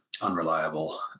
unreliable